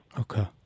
Okay